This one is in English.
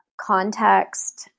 context